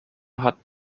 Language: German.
hat